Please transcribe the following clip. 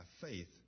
faith